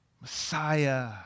Messiah